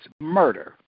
murder